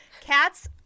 Cats